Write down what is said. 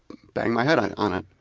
bang my head on on it.